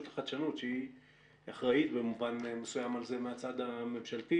החדשנות שהיא אחראית במובן מסוים על זה מהצד הממשלתי.